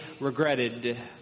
regretted